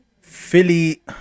Philly